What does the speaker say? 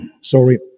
Sorry